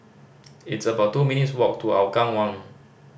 it's about two minutes' walk to Hougang One